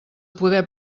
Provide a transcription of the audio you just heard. poder